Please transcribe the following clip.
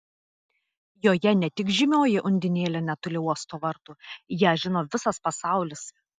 joje ne tik žymioji undinėlė netoli uosto vartų ją žino visas pasaulis